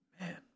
Man